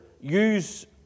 Use